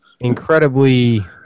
Incredibly